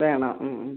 വേണോ ഉം ഉം